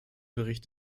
bericht